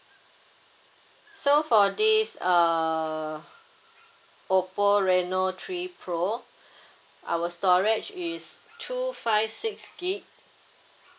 so for this uh oppo reno three pro our storage is two five six gig